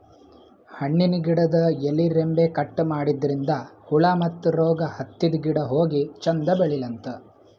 ಹಣ್ಣಿನ್ ಗಿಡದ್ ಎಲಿ ರೆಂಬೆ ಕಟ್ ಮಾಡದ್ರಿನ್ದ ಹುಳ ಮತ್ತ್ ರೋಗ್ ಹತ್ತಿದ್ ಗಿಡ ಹೋಗಿ ಚಂದ್ ಬೆಳಿಲಂತ್